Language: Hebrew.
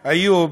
איוב,